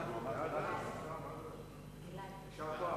ההצעה